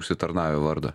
užsitarnavę vardą